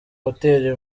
hoteli